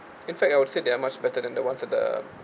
in fact I would say they are much better than the ones at the